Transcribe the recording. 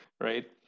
right